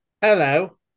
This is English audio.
Hello